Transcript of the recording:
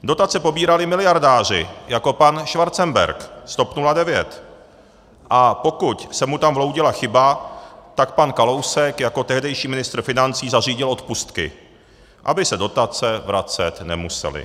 Dotace pobírali miliardáři jako pan Schwarzenberg z TOP 09, a pokud se mu tam vloudila chyba, tak pan Kalousek jako tehdejší ministr financí zařídil odpustky, aby se dotace vracet nemusely.